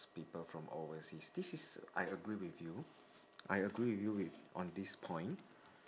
people from overseas this is I agree with you I agree with you with on this point